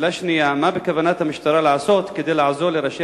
שאלה שנייה: מה בכוונת המשטרה לעשות כדי לעזור לראשי